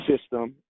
system